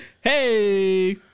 Hey